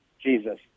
Jesus